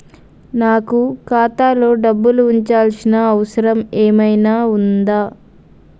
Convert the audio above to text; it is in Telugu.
నాకు ఖాతాలో డబ్బులు ఉంచాల్సిన అవసరం ఏమన్నా ఉందా?